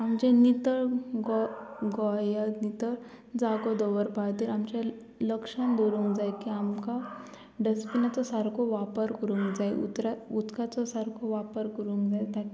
आमचें नितळ गो गोंयांत नितळ जागो दवरपा खातीर आमचें लक्षान दवरूंक जाय की आमकां डस्टबिनाचो सारको वापर करूंक जाय उतराक उदकाचो सारको वापर करूंक जाय ताका